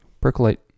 Percolate